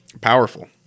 Powerful